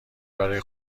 برای